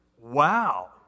Wow